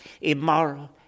immoral